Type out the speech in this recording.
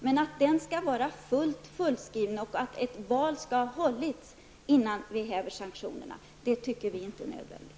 Men att den skall vara fullt skriven och att val skall ha hållits innan vi häver sanktionerna tycker vi inte är nödvändigt.